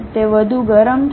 તે વધુ ગરમ થઈ શકે છે